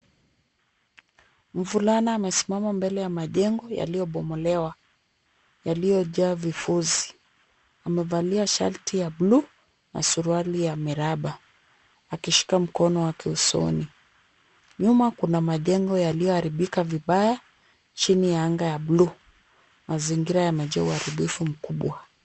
Mvulana amesimama mbele ya majengo yaliyo bomolewa, Yaliyo jaa vifuzi. Amevalia sharti ya bluu na suruali ya miraba, akishika mkono wake usoni. Nyuma kuna majengo yaliyoaribika vibaya, chini ya anga ya bluu, mazingira yameacha uaribifu mkubwa.